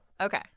Okay